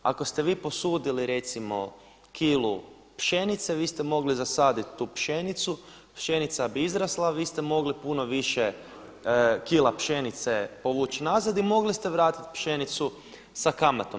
Ako ste vi posudili recimo kilu pšenice vi ste mogli zasaditi tu pšenicu, pšenica bi izrasla a vi ste mogli puno više kila pšenice povući nazad i mogli ste vratiti pšenicu sa kamatom.